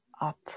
up